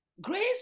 Grace